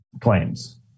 claims